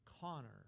Connor